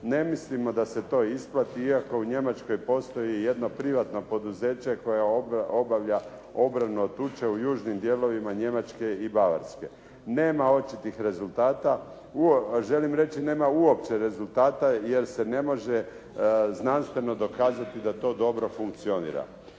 Ne mislimo da se to isplati iako u Njemačkoj postoji jedno privatno poduzeće koje obavlja obranu od tuče u južnim dijelovima Njemačke i Bavarske. Nema očitih rezultata. Želim reći nema uopće rezultata jer se ne može znanstveno dokazati da to dobro funkcionira».